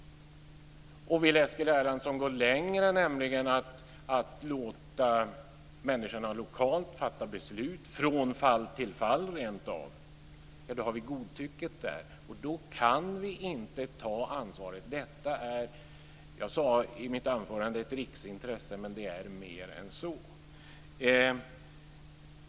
Vill Eskil Erlandsson gå längre och låta människorna lokalt fatta beslut från fall till fall rent av, då har vi godtycket där. Då kan vi inte ta ansvar. Detta är ett riksintresse, sade jag i mitt anförande, men det är mer än så.